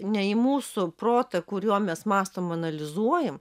ne į mūsų protą kuriuo mes mąstom analizuojam